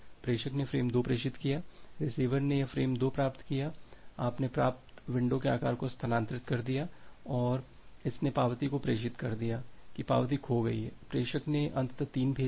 प्रेषक ने फ़्रेम 2 प्रेषित किया है रिसीवर ने यह फ्रेम 2 प्राप्त किया है अपने प्राप्त विंडो के आकार को स्थानांतरित कर दिया है और इसने पावती को प्रेषित कर दिया है कि पावती खो गई है प्रेषक ने अंतत 3 भेजा है